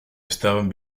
estaban